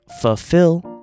fulfill